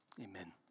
amen